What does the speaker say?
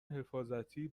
حفاظتی